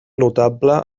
notable